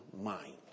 mind